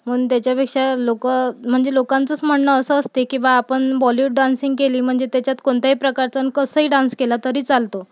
म्हणून त्याच्यापेक्षा लोक म्हणजे लोकांचंच म्हणणं असं असते की बा आपण बॉलिवुड डान्सिंग केली म्हणजे त्याच्यात कोणत्याही प्रकारचं आणि कसंही डान्स केला तरी चालतो